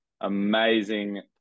amazing